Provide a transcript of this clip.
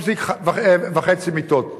3.5 מיטות,